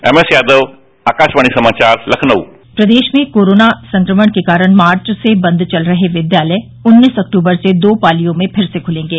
M S Yadav Akashvani समाचार लखनऊ प्रदेश में कोरोना संक्रमण के कारण मार्च से बंद चल रहे विद्यालय उन्नीस अक्टूबर से दो पालियों में फिर से खूलेंगे